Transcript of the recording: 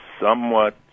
somewhat